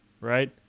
right